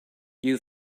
you